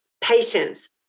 patience